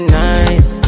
nice